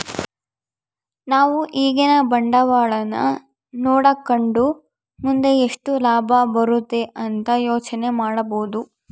ನಾವು ಈಗಿನ ಬಂಡವಾಳನ ನೋಡಕಂಡು ಮುಂದೆ ಎಷ್ಟು ಲಾಭ ಬರುತೆ ಅಂತ ಯೋಚನೆ ಮಾಡಬೋದು